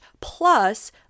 plus